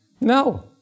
No